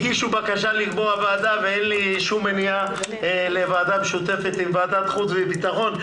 הגישו בקשה לקבוע ועדה משותפת עם ועדת החוץ והביטחון,